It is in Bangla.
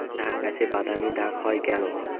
ধানগাছে বাদামী দাগ হয় কেন?